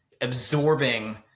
absorbing